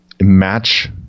match